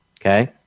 Okay